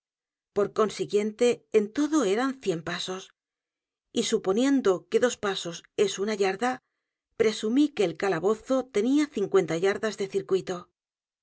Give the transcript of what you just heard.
r consiguiente en todo eran cien p a s o s y suponiendo que dos pasos es una yarda p r e sumí que el calabozo tenía cincuenta yardas de circuito